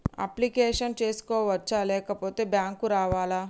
Application చేసుకోవచ్చా లేకపోతే bank రావాలా?